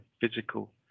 physical